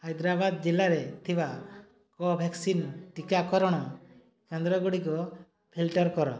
ହାଇଦ୍ରାବାଦ ଜିଲ୍ଲାରେ ଥିବା କୋଭ୍ୟାକ୍ସିନ୍ ଟିକାକରଣ କେନ୍ଦ୍ରଗୁଡ଼ିକ ଫିଲ୍ଟର କର